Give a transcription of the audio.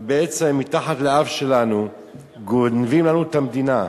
ובעצם מתחת לאף שלנו גונבים לנו את המדינה.